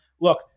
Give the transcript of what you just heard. Look